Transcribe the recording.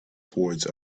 towards